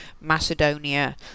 Macedonia